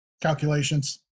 calculations